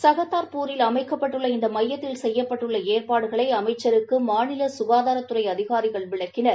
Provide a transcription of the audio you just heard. சகத்ராபூரில் அமைக்கப்பட்டுள்ள இந்தமையத்தில் செய்யப்பட்டுள்ளஏற்பாடுகளை அமைச்சருக்குமாநிலசுகாதாரத்துறை அதிகாரிகள் விளக்கினார்கள்